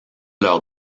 leur